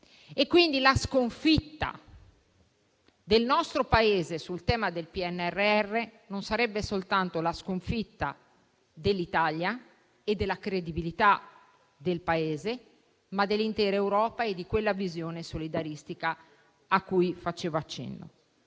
Quindi, la sconfitta del nostro Paese sul tema del PNRR sarebbe la sconfitta non soltanto dell'Italia e della credibilità del Paese, ma anche dell'intera Europa e di quella visione solidaristica cui facevo accenno.